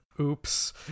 Oops